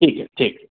ठीक है ठीक है